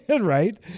right